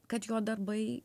kad jo darbai